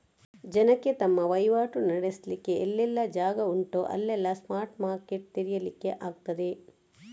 ಜನಕ್ಕೆ ತಮ್ಮ ವೈವಾಟು ನಡೆಸ್ಲಿಕ್ಕೆ ಎಲ್ಲೆಲ್ಲ ಜಾಗ ಉಂಟೋ ಅಲ್ಲೆಲ್ಲ ಸ್ಪಾಟ್ ಮಾರ್ಕೆಟ್ ತೆರೀಲಿಕ್ಕೆ ಆಗ್ತದೆ